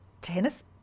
tennis